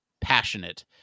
passionate